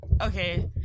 okay